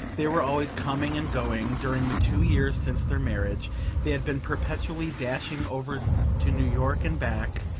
they were always coming and going during the two years since their marriage they had been perpetually dashing over to new york and back,